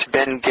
Ben